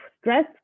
stress